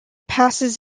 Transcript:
passes